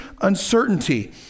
uncertainty